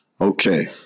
Okay